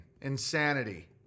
insanity